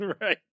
Right